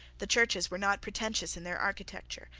the churches were not pretentious in their architecture,